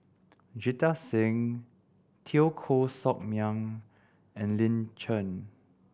Jita Singh Teo Koh Sock Miang and Lin Chen